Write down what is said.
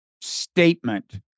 statement